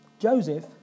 Joseph